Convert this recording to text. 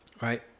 right